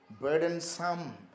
burdensome